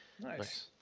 Nice